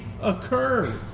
occurred